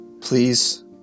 please